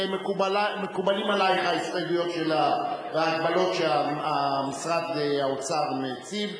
מקובלות עלייך ההסתייגויות וההגבלות שמשרד האוצר מציב.